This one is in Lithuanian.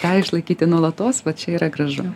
tą išlaikyti nuolatos va čia yra gražu